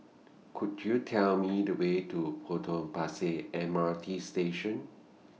Could YOU Tell Me The Way to Potong Pasir M R T Station